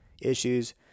issues